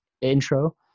intro